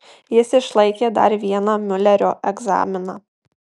jis išlaikė dar vieną miulerio egzaminą